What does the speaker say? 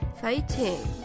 Fighting